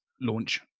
launch